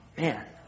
Man